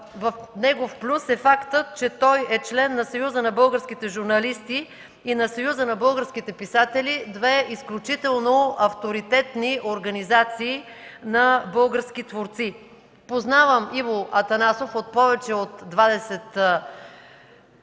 негов плюс е фактът, че той е член на Съюза на българските журналисти и на Съюза на българските писатели – две изключително авторитетни организации на български творци. Познавам Иво Атанасов повече от 20